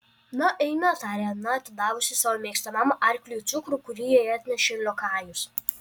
na eime tarė ana atidavusi savo mėgstamam arkliui cukrų kurį jai atnešė liokajus